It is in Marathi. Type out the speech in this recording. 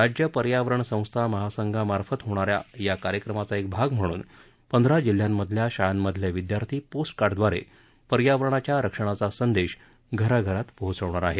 राज्य पर्यावरण संस्था महासंघामार्फत होणार असलेल्या या कार्यक्रमाचा एक भाग म्हणून पंधरा जिल्ह्यांमधल्या शाळांमधले विद्यार्थी पोस्ट कार्डद्वारे पर्यावरणाच्या रक्षणाचा संदेश घराघरात पोहोचवणार आहेत